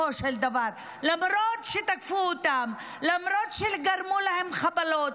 למרות שתקפו אותם, למרות שגרמו להם חבלות,